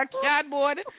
cardboard